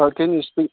can you speak